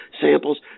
samples